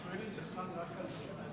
הוא שואל אם זה חל רק על שופטים,